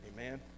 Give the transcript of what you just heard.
Amen